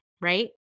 right